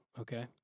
okay